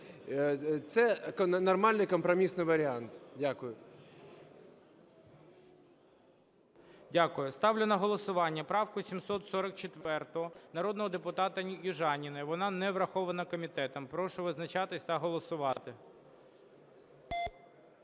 Це нормальний компромісний варіант. Дякую.